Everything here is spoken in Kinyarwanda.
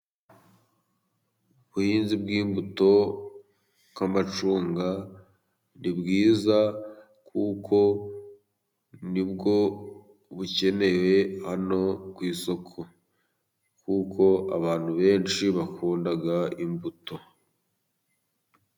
Ubuhinzi bw'imbuto bw'amacunga ni bwiza, kuko nibwo bukenewe hano ku isoko, kuko abantu benshi bakunda imbuto.